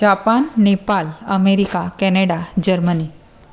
Japan Nepal America Canada Germany